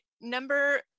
number